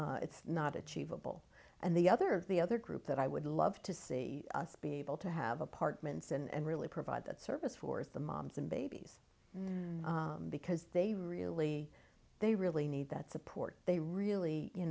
it's not achievable and the other the other group that i would love to see us be able to have apartments and really provide that service for as the moms and babies because they really they really need that support they really you